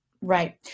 Right